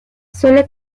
suele